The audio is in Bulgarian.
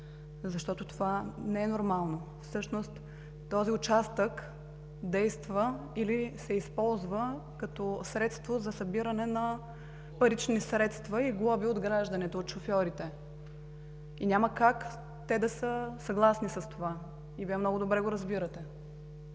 защото това не е нормално. Всъщност този участък действа или се използва като средство за събиране на парични средства и глоби от гражданите, от шофьорите, и няма как те да са съгласни с това. И Вие много добре го разбирате.